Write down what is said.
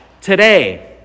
today